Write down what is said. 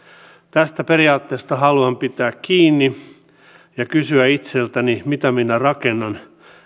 tästä periaatteesta haluan pitää kiinni ja kysyä itseltäni mitä minä rakennan